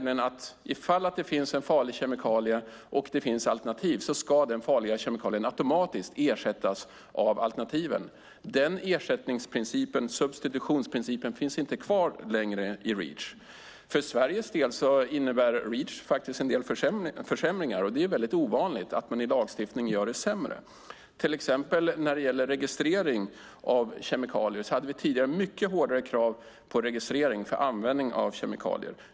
I de fall där det finns en farlig kemikalie och det finns alternativ ska den farliga kemikalien automatiskt ersättas av alternativet. Denna ersättningsprincip - substitutionsprincipen - finns inte kvar längre i Reach. För Sveriges del innebär Reach faktiskt en del försämringar. Det är ovanligt att man i lagstiftning gör saker sämre. När det gäller registrering för användning av kemikalier hade vi till exempel mycket hårdare krav tidigare.